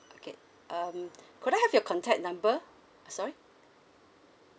okay um could I have your contact number sorry